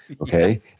Okay